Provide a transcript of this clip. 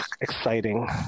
exciting